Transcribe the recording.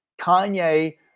Kanye